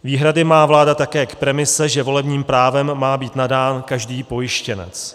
Výhrady má vláda také k premise, že volebním právem má být nadán každý pojištěnec.